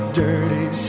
dirty